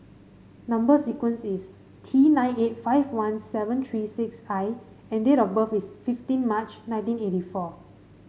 number sequence is T nine eight five one seven three six I and date of birth is fifteen March nineteen eighty four